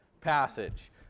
passage